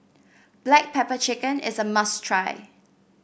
Black Pepper Chicken is a must try